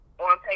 on